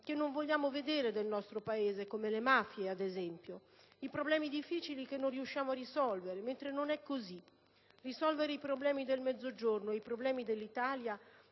che non vogliamo vedere del nostro Paese (come le mafie, ad esempio) o i problemi difficili che non riusciamo a risolvere, mentre non è così. Risolvere i problemi del Mezzogiorno e i problemi dell'Italia